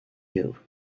you